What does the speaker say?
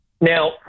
Now